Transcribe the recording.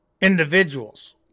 individuals